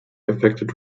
affected